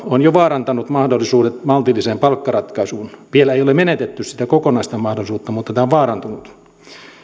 on jo vaarantanut mahdollisuudet maltilliseen palkkaratkaisuun vielä ei ole menetetty sitä kokonaista mahdollisuutta mutta tämä on vaarantunut